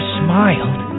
smiled